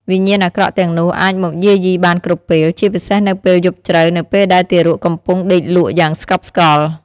វិញ្ញាណអាក្រក់ទាំងនោះអាចមកយាយីបានគ្រប់ពេល ជាពិសេសនៅពេលយប់ជ្រៅនៅពេលដែលទារកកំពុងដេកលក់យ៉ាងស្កប់ស្កល់។